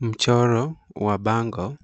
Mchoro wa bango